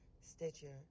Stitcher